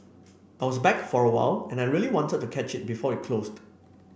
I was back for a while and I really wanted to catch it before it closed